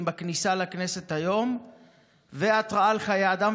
בכניסה לכנסת היום והתרעה על חיי אדם,